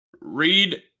read